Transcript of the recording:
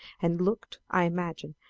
and looked, i imagined,